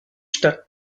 stadt